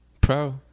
pro